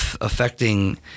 affecting